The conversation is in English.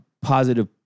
positive